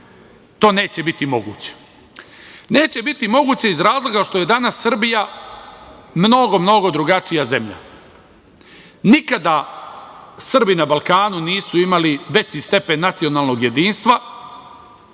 to neće biti moguće. Neće biti moguće iz razloga što je danas Srbija mnogo, mnogo drugačija zemlja. Nikada Srbi na Balkanu nisu imali veći stepen nacionalnog jedinstva,